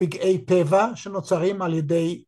‫פגעי טבע שנוצרים על ידי...